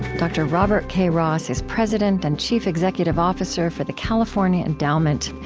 dr. robert k. ross is president and chief executive officer for the california endowment.